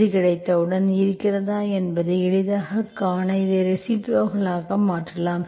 இது கிடைத்தவுடன் இருக்கிறதா என்பதை எளிதாகக் காண இதை ரெசிப்ரோக்கலாக மாற்றலாம்